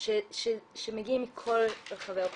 שמגיעים מכל רחבי האוכלוסייה,